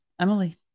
Emily